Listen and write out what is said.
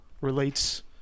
relates